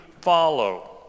follow